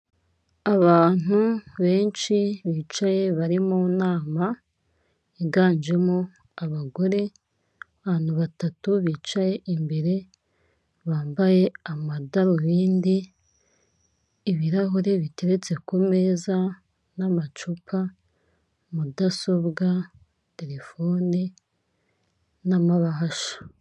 Abantu benshi bicaye bari mu nama yiganjemo abagore abantu batatu bicaye imbere bambaye amadarubindi, ibirahuri biteretse ku meza n'amacupa, mudasobwa, terefone n'amabahasha.